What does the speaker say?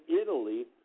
italy